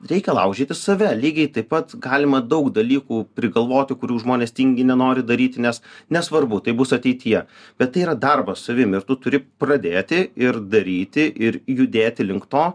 reikia laužyti save lygiai taip pat galima daug dalykų prigalvoti kurių žmonės tingi nenori daryti nes nesvarbu tai bus ateityje bet tai yra darbas savim ir tu turi pradėti ir daryti ir judėti link to